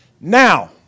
Now